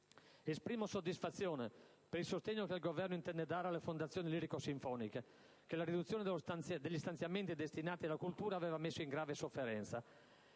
Esprimo soddisfazione per il sostegno che il Governo intende dare alle fondazioni lirico-sinfoniche, che la riduzione degli stanziamenti destinati alla cultura aveva messo in grave sofferenza.